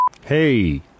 Hey